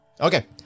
Okay